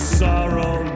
sorrow